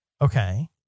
Okay